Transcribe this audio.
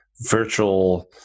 virtual